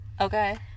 Okay